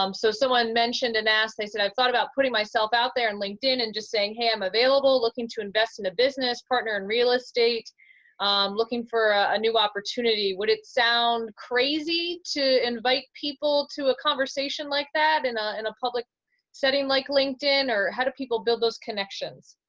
um so someone mentioned and asked, they said, i thought about putting myself out there on and linkedin and just saying, hey, i'm available, looking to invest in a business partner and real estate. i'm looking for a new opportunity. would it sound crazy to invite people to a conversation like that in a in a public setting like linkedin, or how do people build those connections?